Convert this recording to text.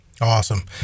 awesome